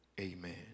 amen